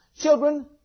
Children